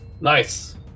Nice